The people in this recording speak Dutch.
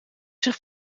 zich